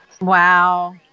Wow